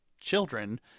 children